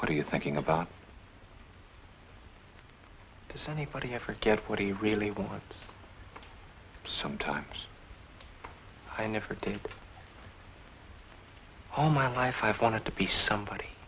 what are you thinking about does anybody ever get what he really wants sometimes i never did all my life i've wanted to be somebody